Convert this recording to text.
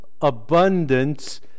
abundance